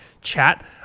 Chat